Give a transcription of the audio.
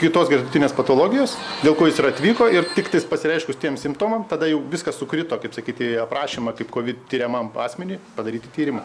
kitos gretutinės patologijos dėl ko jis ir atvyko ir tiktais pasireiškus tiem simptomam tada jau viskas sukrito kaip sakyt į aprašymą kaip covid tiriamam asmeniui padaryti tyrimą